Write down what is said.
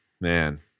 man